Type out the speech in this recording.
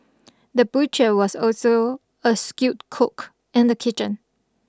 the butcher was also a skilled cook in the kitchen